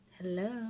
Hello